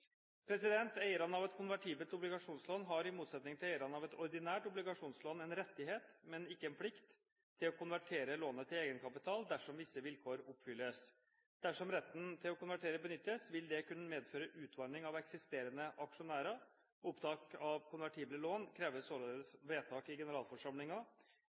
Eierne av et konvertibelt obligasjonslån har, i motsetning til eierne av et ordinært obligasjonslån, en rettighet, men ikke en plikt til å konvertere lånet til egenkapital dersom visse vilkår oppfylles. Dersom retten til å konvertere benyttes, vil det kunne medføre utvanning av eksisterende aksjonærer. Opptak av konvertible lån krever således vedtak i